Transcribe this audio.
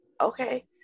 okay